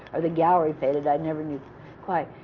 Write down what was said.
or the gallery paid it i never knew quite.